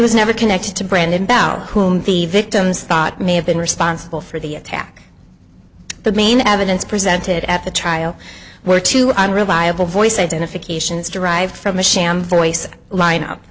was never connected to brandon bauer whom the victim's thought may have been responsible for the attack the main evidence presented at the trial were two unreliable voice identifications derived from a sham voice lineup